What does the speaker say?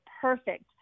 perfect